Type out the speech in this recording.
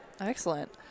Excellent